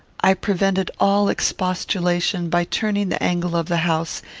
i prevented all expostulation, by turning the angle of the house,